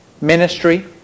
ministry